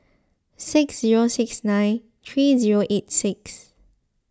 six zero six nine three zero eight six